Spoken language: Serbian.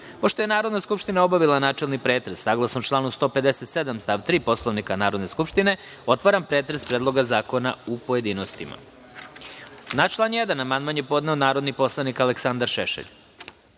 je Narodna skupština obavila načelni pretres, saglasno članu 157. stav 3. Poslovnika Narodne skupštine, otvaram pretres Predloga zakona u pojedinostima. Na član 1. amandman je podneo narodni poslanik Aleksandar Šešelj. Na